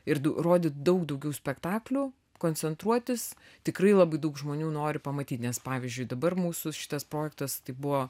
ir rodyt daug daugiau spektaklių koncentruotis tikrai labai daug žmonių nori pamatyt nes pavyzdžiui dabar mūsų šitas projektas tai buvo